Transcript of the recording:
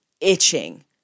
itching